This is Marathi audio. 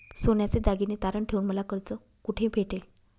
सोन्याचे दागिने तारण ठेवून मला कर्ज कुठे भेटेल?